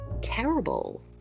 terrible